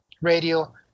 radio